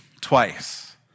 twice